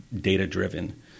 data-driven